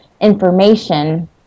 information